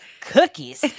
cookies